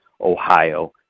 Ohio